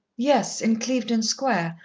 yes, in clevedon square.